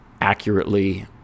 accurately